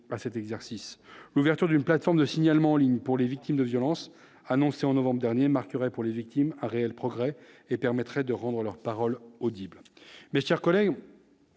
à cet exercice : ouverture d'une plateforme de signalement en ligne pour les victimes de violences, annoncé en novembre dernier, marquerait pour les victimes, un réel progrès et permettrait de rendre leur parole audible mais chers collègues.